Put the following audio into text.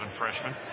freshman